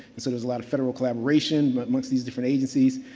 and so there's a lot of federal collaboration but amongst these different agencies.